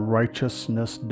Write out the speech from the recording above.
righteousness